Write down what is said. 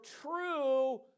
true